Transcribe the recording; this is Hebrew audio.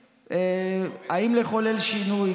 ובאמת אלה השיקולים: אם לחולל שינוי,